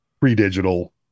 pre-digital